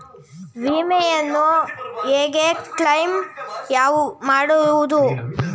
ವಿಮೆಯನ್ನು ಹೇಗೆ ಕ್ಲೈಮ್ ಮಾಡುವುದು?